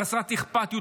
חסרת אכפתיות,